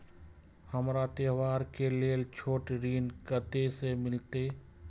हमरा त्योहार के लेल छोट ऋण कते से मिलते?